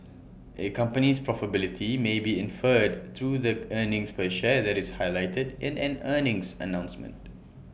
A company's profitability may be inferred through the earnings per share that is highlighted in an earnings announcement